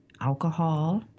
alcohol